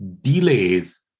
delays